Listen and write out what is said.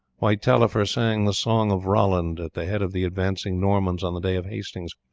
why taillefer sang the song of roland at the head of the advancing normans on the day of hastings,